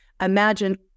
Imagine